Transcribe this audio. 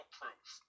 proof